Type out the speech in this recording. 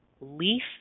leaf